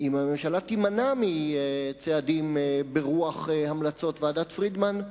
אם הממשלה תימנע מצעדים ברוח המלצות ועדת-פרידמן,